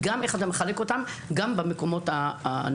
וגם איך אתה מחלק אותם במקומות הנכונים.